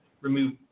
remove